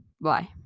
Bye